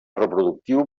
reproductiu